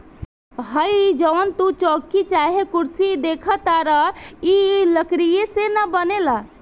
हइ जवन तू चउकी चाहे कुर्सी देखताड़ऽ इ लकड़ीये से न बनेला